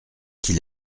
qu’il